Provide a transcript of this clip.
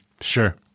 Sure